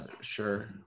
Sure